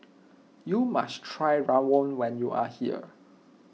you must try Rawon when you are here